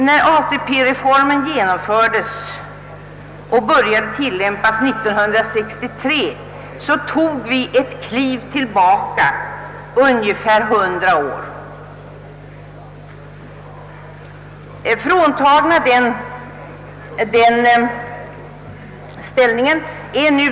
När ATP-reformen började tillämpas 1963, tog vi ett kliv ungefär hundra år tillbaka i tiden.